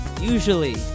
usually